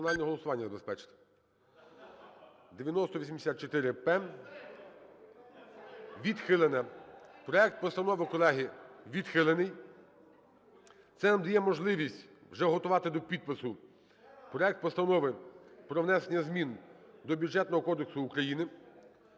це нам дає можливість вже готувати до підпису проект Постанови про внесення змін до Бюджетного кодексу України.